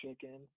chicken